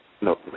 No